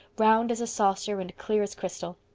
round as a saucer and clear as crystal.